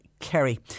Kerry